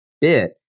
bit